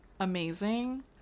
Amazing